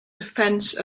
defense